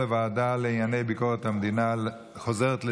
לוועדה לענייני ביקורת המדינה נתקבלה.